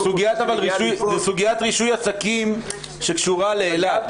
סוגיית רישוי עסקים שקשורה לאילת.